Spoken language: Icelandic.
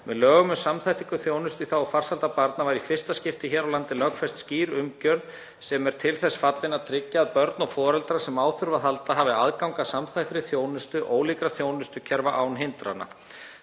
Með lögum um samþættingu þjónustu í þágu farsældar barna var í fyrsta skipti hér á landi lögfest skýr umgjörð sem er til þess fallin að tryggja að börn og foreldrar sem á þurfa að halda hafi aðgang að samþættri þjónustu ólíkra þjónustukerfa án hindrana.